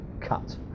cut